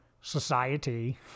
Society